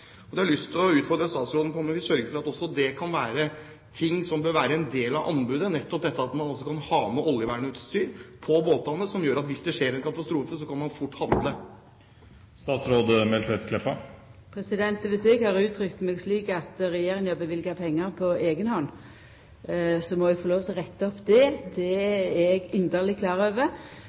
kan være ting som bør være en del av anbudet – nettopp dette at man kan ha med oljevernutstyr på båtene, noe som gjør at hvis det skjer en katastrofe, kan man handle fort. Viss eg har uttrykt meg slik som at regjeringa løyver pengar på eiga hand, må eg få lov til å retta på det. Eg er inderleg klar over